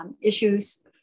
issues